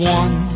one